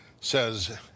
says